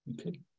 Okay